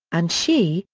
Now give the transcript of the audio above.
and she,